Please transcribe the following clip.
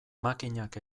makinak